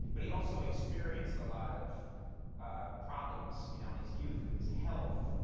but he also experienced a lot of problems you know in his youth with his health,